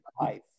life